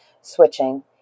Switching